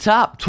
Top